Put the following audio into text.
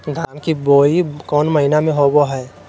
धान की बोई कौन महीना में होबो हाय?